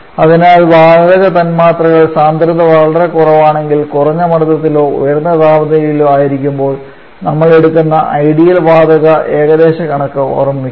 അതിനാൽ വാതക തന്മാത്രകൾ സാന്ദ്രത വളരെ കുറവാണെങ്കിൽ കുറഞ്ഞ മർദ്ദത്തിലോ ഉയർന്ന താപനിലയിലോ ആയിരിക്കുമ്പോൾ നമ്മൾഎടുക്കുന്ന ഐഡിയൽ വാതക ഏകദേശ കണക്ക് ഓർമിക്കാം